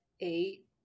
eight